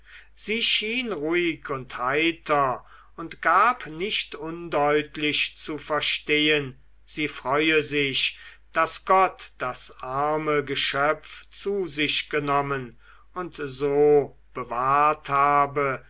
sie schien ruhig und heiter und gab nicht undeutlich zu verstehen sie freue sich daß gott das arme geschöpf zu sich genommen und so bewahrt habe